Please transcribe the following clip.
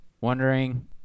wondering